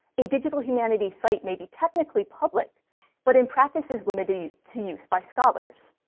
a digital humanities site may be technically public but, in practice, is limited to use by scholars.